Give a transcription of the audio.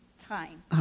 time